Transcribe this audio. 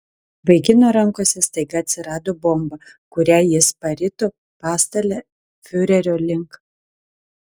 vaikino rankose staiga atsirado bomba kurią jis parito pastale fiurerio link